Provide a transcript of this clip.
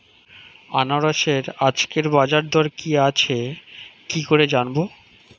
আনারসের আজকের বাজার দর কি আছে কি করে জানবো?